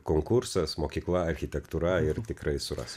konkursas mokykla architektūra ir tikrai suras